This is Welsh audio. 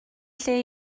lle